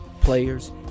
players